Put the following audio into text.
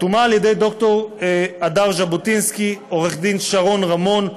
חתומה על-ידי הדר ז'בוטינסקי, עורך-דין שרון רמון,